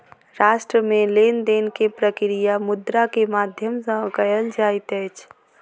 राष्ट्र मे लेन देन के प्रक्रिया मुद्रा के माध्यम सॅ कयल जाइत अछि